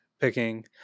picking